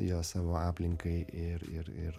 jo savo aplinkai ir ir ir